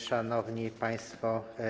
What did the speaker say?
Szanowni Państwo!